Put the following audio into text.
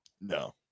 No